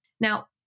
Now